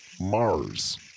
Mars